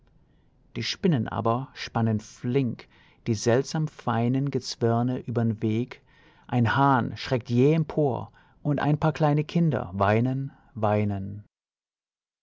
die spinnen aber spannen flink die seltsam feinen gezwirne übern weg ein hahn schreckt jäh empor und ein paar kleine kinder weinen weinen